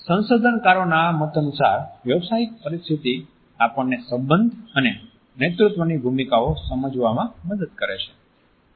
સંશોધનકારોના મતાનુસાર વ્યાવસાયિક પરિસ્થિતિ આપણને સંબંધ અને નેતૃત્વની ભૂમિકાઓ સમજવામાં મદદ કરે છે